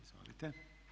Izvolite.